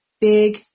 big